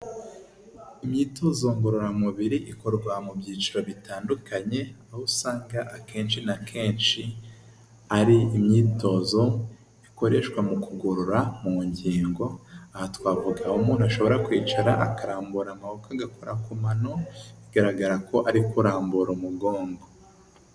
Imyitozo ngororamubiri ikorwa mu byiciro bitandukanye aho usanga akenshi na kenshi ari imyitozo ikoreshwa mu kugorora mu ngingo aha twavuga aho umuntu ashobora kwicara akarambura amaboko agakora ku mano bigaragara ko ari kurambura umugongo.